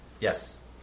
Yes